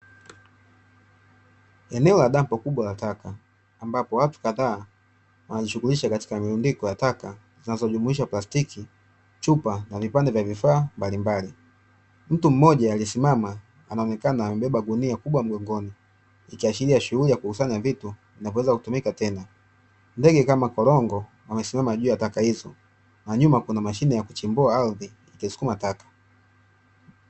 Eneo la dampo kubwa la taka ambapo watu kadhaa wanaojishughulisha katika mirundiko wa taka zinazojumuisha plastiki, chupa na vipande vya vifaa mbalimbali. Mtu mmoja aliyesimama anaonekana amebebe gunia kubwa mgongoni, ikiashiria shughuli ya kukusanya vitu vinavyoweza kutumika tena. Ndege kama korongo wamesimama juu ya taka hizo, na nyuma kuna mashine ya kuchimbua ardhi ikisukuma taka.